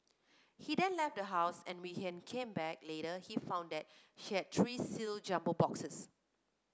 he then left the house and we came back later he found that she had three sealed jumbo boxes